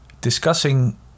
discussing